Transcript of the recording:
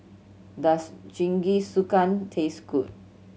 does Jingisukan taste good